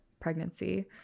pregnancy